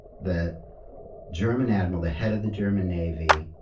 the german admiral, the head of the german navy,